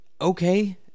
Okay